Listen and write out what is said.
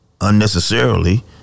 unnecessarily